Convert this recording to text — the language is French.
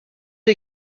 est